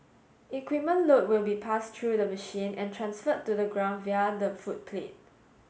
equipment load will be passed through the machine and transferred to the ground via the footplate